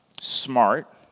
smart